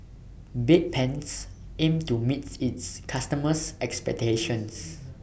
Bedpans aims to meet its customers' expectations